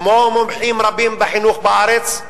כמו מומחים רבים בחינוך בארץ,